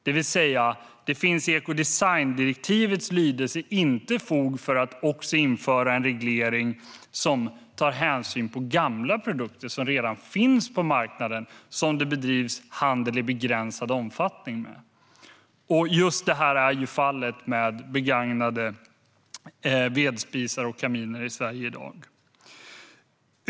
Det betyder att det i ekodesigndirektivet inte finns fog för att införa en reglering av gamla produkter som redan finns på marknaden och som det handlas med i begränsad omfattning. Just det är ju fallet med begagnade vedspisar och kaminer i Sverige i dag.